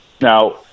Now